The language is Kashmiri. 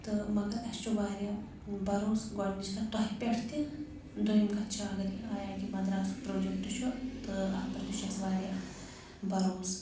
تہٕ مگر اَسہِ چھُ واریاہ بروس گۄڈنِچ کَتھ تۄہہِ پٮ۪ٹھ تہِ دوٚیُم کَتھ چھِ اگر یہِ آی آی ٹی مَدراسُک پرٛوجَکٹ چھُ تہٕ اَتھ پٮ۪ٹھ تہِ چھُ اَسہِ واریاہ بروس